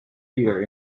leader